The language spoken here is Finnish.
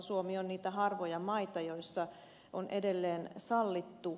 suomi on niitä harvoja maita joissa se on edelleen sallittu